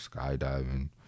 Skydiving